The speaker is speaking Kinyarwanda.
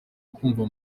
ukumva